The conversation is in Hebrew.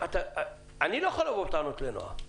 אני לא יכול לבוא בטענות לנועה.